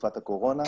בתקופת הקורונה,